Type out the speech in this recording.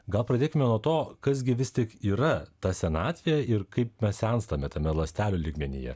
gal pradėkime nuo to kas gi vis tik yra ta senatvė ir kaip mes senstame tame ląstelių lygmenyje